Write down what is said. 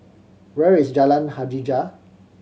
where is Jalan Hajijah